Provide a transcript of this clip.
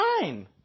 time